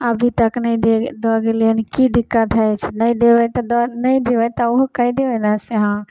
अभी तक नहि दे दऽ गेलै हँ कि दिक्कत हइ से नहि देबै तऽ दऽ नहि देबै तऽ ओहो कहि देबै ने से हँ